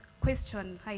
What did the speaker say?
question